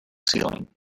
ceiling